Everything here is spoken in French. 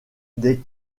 des